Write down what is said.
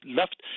left